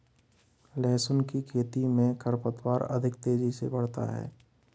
लहसुन की खेती मे खरपतवार अधिक तेजी से बढ़ती है